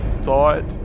thought